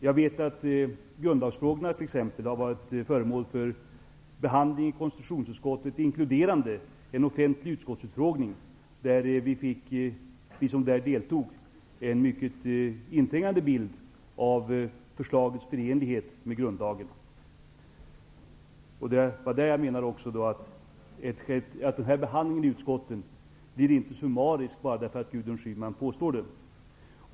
Jag vet att grundlagsfrågan t.ex. har varit föremål för behandling i konstitutionsutskottet inkluderande en offentlig utskottsutfrågning. Vi som deltog i den fick en mycket inträngande bild av förslagets förenlighet med grundlagen. Behandlingen i utskotten blir inte summarisk bara därför att Gudrun Schyman påstår det.